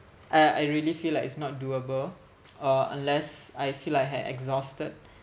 I I really feel like it's not doable or unless I feel I had exhausted